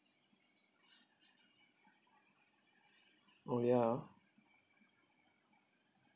oh ya ah